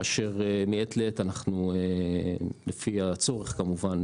כאשר מעת לעת אנחנו לפי הצורך כמובן,